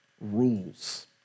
rules